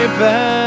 back